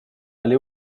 aller